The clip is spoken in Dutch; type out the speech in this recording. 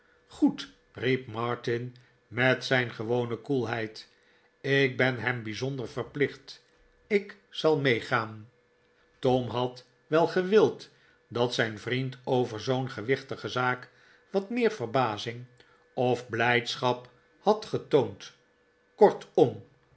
goed riep martin met zijn gewone koelheid ik ben hem bijzonder verplicht ik zal meegaan tom had wel gewild dat zijn vriend over zoo'n gewichtige zaak wat meer verbazing of blijdschap had getoond kortom